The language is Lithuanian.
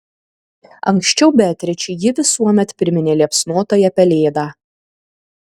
anksčiau beatričei ji visuomet priminė liepsnotąją pelėdą